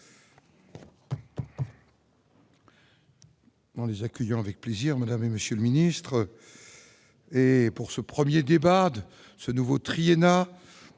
En les accueillant avec plaisir, madame et monsieur le ministre, et pour ce 1er débat de ce nouveau Triana